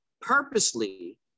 purposely